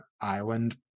Island